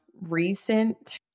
recent